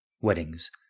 Weddings